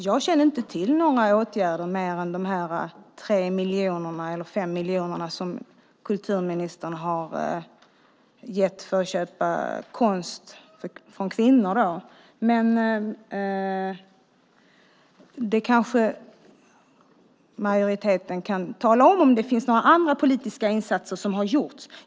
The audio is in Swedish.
Jag känner inte till några åtgärder mer än de 5 miljoner som kulturministern har gett för att köpa konst från kvinnor. Majoriteten kanske kan tala om ifall några andra politiska insatser har gjorts.